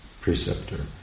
preceptor